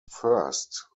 first